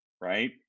right